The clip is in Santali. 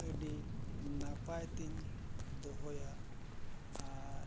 ᱟᱹᱰᱤ ᱱᱟᱯᱟᱭ ᱛᱤᱧ ᱫᱚᱦᱚᱭᱟ ᱟᱨ